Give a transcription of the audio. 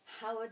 Howard